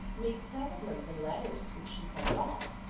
makes telegrams and letters which she sends off.